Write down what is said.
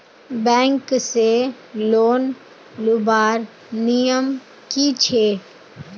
Bank से loan लुबार नियम की छे?